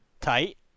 Tight